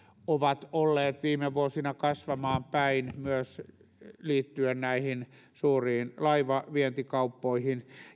ovat olleet viime vuosina kasvamaan päin liittyen myös näihin suuriin laivavientikauppoihin